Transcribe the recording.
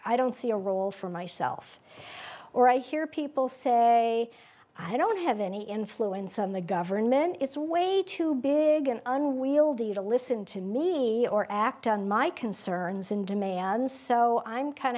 i don't see a role for myself or i hear people say i don't have any influence on the government it's way too big and unwieldy to listen to me or act on my concerns and demands so i'm kind